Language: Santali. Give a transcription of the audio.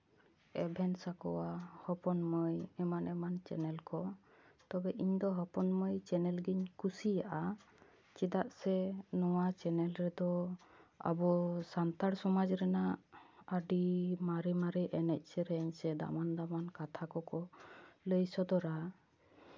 ᱮᱵᱷᱮᱱ ᱥᱟᱠᱣᱟ ᱦᱚᱯᱚᱱ ᱢᱟᱹᱭ ᱮᱢᱟᱱ ᱮᱢᱟᱱ ᱪᱮᱱᱮᱞ ᱠᱚ ᱛᱚᱵᱮ ᱤᱧ ᱫᱚ ᱦᱚᱯᱚᱱ ᱢᱟᱹᱭ ᱪᱮᱱᱮᱞ ᱜᱮᱧ ᱠᱩᱥᱤᱭᱟᱜᱼᱟ ᱪᱮᱫᱟᱜ ᱥᱮ ᱱᱚᱣᱟ ᱪᱮᱱᱮᱞ ᱨᱮᱫᱚ ᱟᱵᱚ ᱥᱟᱱᱛᱟᱲ ᱥᱚᱢᱟᱡᱽ ᱨᱮᱱᱟᱜ ᱟᱹᱰᱤ ᱢᱟᱨᱮ ᱢᱟᱨᱮ ᱮᱱᱮᱡ ᱥᱮᱨᱮᱧ ᱥᱮ ᱫᱟᱢᱟᱱ ᱫᱟᱢᱟᱱ ᱠᱟᱛᱷᱟ ᱠᱚᱠᱚ ᱞᱟᱹᱭ ᱥᱚᱫᱚᱨᱟ